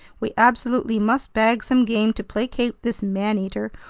we absolutely must bag some game to placate this man-eater,